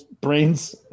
brains